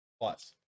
plus